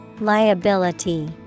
Liability